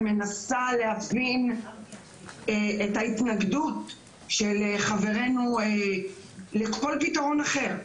ומנסה להבין את ההתנגדות של חברינו לכל פתרון אחר.